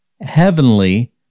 heavenly